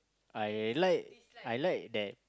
I like I like that